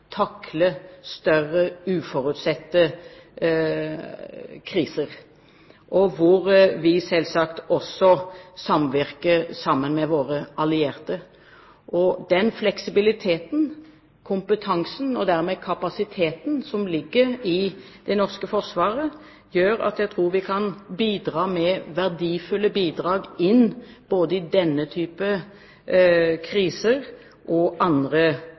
takle større uforutsette kriser, hvor vi selvsagt også virker sammen med våre allierte. Den fleksibiliteten og den kompetansen – og dermed kapasiteten – som ligger i det norske forsvaret, gjør at jeg tror vi kan gi verdifulle bidrag når det gjelder både denne type kriser og